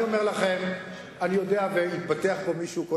קודם התבדח מישהו,